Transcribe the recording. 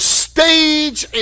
stage